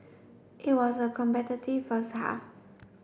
it was a competitive first half